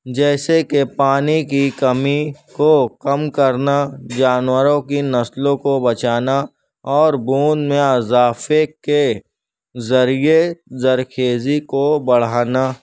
جیسے کہ پانی کی کمی کو کم کرنا جانوروں کی نسلوں کو بچانا اور گوند میں اضافے کے ذریعے زرخیزی کو بڑھانا